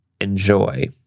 enjoy